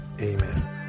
amen